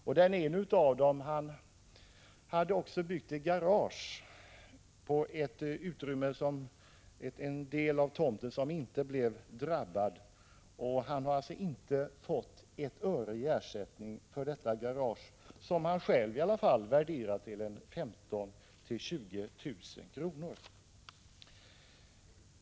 En av fastighetsägarna hade byggt ett garage på en del av tomten som inte blev drabbad. Han har inte fått ett öre i ersättning för detta garage, som han själv i alla fall värderar till 15 000-20 000 kr.